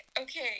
okay